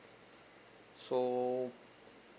so